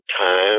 time